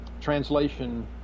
translation